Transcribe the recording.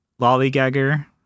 lollygagger